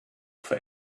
for